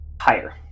Higher